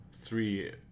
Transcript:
three